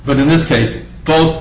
but in this case both